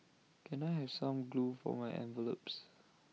can I have some glue for my envelopes